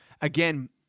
again